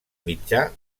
mitjà